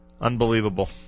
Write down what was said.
Unbelievable